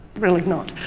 really not